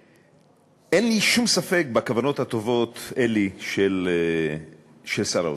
אין לי שום ספק בכוונות הטובות, אלי, של שר האוצר,